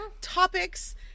topics